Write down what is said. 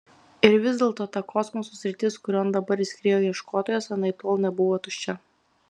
ir vis dėlto ta kosmoso sritis kurion dabar įskriejo ieškotojas anaiptol nebuvo tuščia